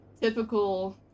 typical